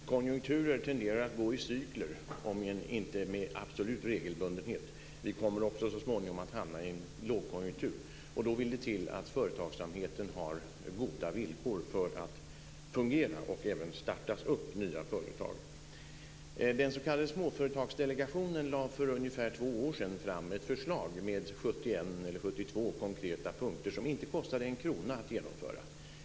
Herr talman! Konjunkturer tenderar att gå i cykler, om än inte med absolut regelbundenhet. Vi kommer också så småningom att hamna i en lågkonjunktur. Då vill det till att företagsamheten har goda villkor för att fungera och att det även startas nya företag. Den s.k. Småföretagsdelegationen lade för ungefär två år sedan fram ett förslag med 71 eller 72 konkreta punkter som inte kostade en krona att genomföra.